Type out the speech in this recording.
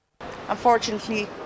Unfortunately